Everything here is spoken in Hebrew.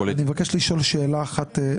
אני מבקש לשאול שאלה אחת מרכזית.